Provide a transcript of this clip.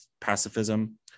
pacifism